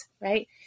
Right